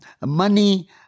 money